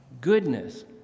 goodness